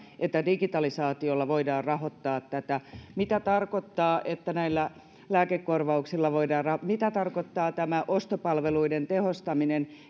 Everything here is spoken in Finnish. että digitalisaatiolla voidaan rahoittaa tätä mitä tarkoittaa että näillä lääkekorvauksilla voidaan rahoittaa mitä tarkoittaa tämä ostopalveluiden tehostaminen